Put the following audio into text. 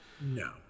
no